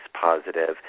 positive